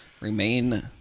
remain—